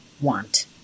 want